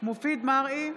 מופיד מרעי,